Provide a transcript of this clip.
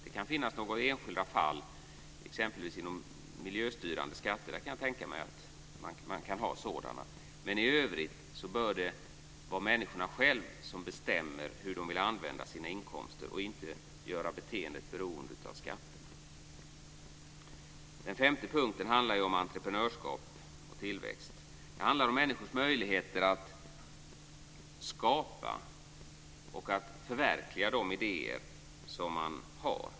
Det kan finnas några enskilda fall exempelvis med miljöstyrande skatter. Jag kan tänkta mig att man kan ha sådana. Men i övrigt bör det vara människorna själva som bestämmer hur de vill använda sina inkomster, och man bör inte göra beteendet beroende av skatterna. Den femte utgångspunkten handlar om entreprenörskap och tillväxt. Det gäller människors möjligheter att skapa och att förverkliga de idéer som de har.